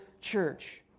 church